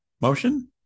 Motion